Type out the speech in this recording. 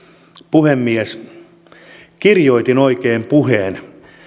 puhemies oikein kirjoitin tähän puheen